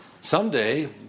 Someday